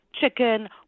chicken